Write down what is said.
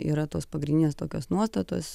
yra tos pagrindinės tokios nuostatos